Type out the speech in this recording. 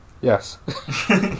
Yes